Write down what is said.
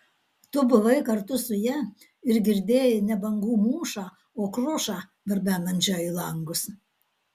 tu buvai kartu su ja ir girdėjai ne bangų mūšą o krušą barbenančią į langus